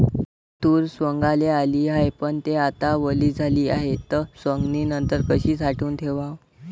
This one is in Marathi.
तूर सवंगाले आली हाये, पन थे आता वली झाली हाये, त सवंगनीनंतर कशी साठवून ठेवाव?